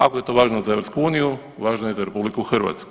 Ako je to važno za EU važno je i za RH.